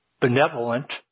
benevolent